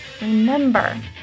remember